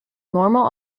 normal